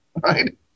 Right